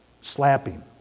slapping